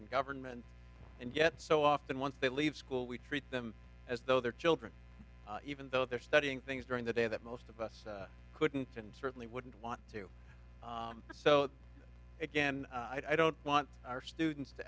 in government and yet so often once they leave school we treat them as though they're children even though they're studying things during the day that most of us couldn't and certainly wouldn't want to so again i don't want our students to